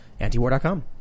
antiwar.com